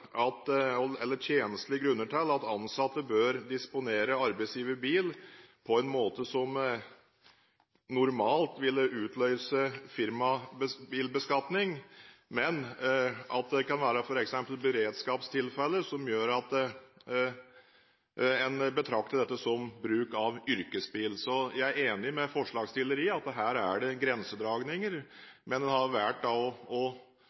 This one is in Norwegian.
at ansatte bør disponere arbeidsgivers bil på en måte som normalt ville utløse firmabilbeskatning, men at det kan være f.eks. beredskapstilfeller som gjør at en betrakter dette som bruk av yrkesbil. Jeg er enig med forslagsstilleren i at her er det grensedragninger, men en har valgt å